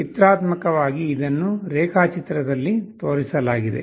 ಚಿತ್ರಾತ್ಮಕವಾಗಿ ಇದನ್ನು ರೇಖಾಚಿತ್ರದಲ್ಲಿ ತೋರಿಸಲಾಗಿದೆ